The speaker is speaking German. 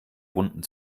runden